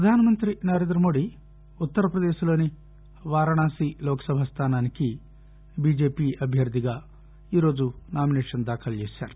ప్రధానమంతి నరేంద్రమోదీ ఉత్తర్పదేశ్లోని వారణాసి లోక్సభ స్థానానికి బీజేపీ అభ్యర్థిగా ఈ రోజు నామినేషన్ దాఖలు చేశారు